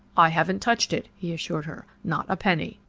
i haven't touched it, he assured her, not a penny.